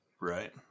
Right